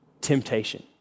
temptation